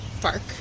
Park